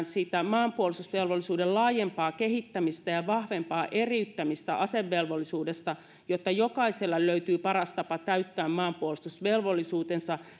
sitä maanpuolustusvelvollisuuden laajempaa kehittämistä ja vahvempaa eriyttämistä asevelvollisuudesta jotta jokaiselle löytyy paras tapa täyttää maanpuolustusvelvollisuus